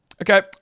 Okay